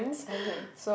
okay